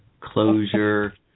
closure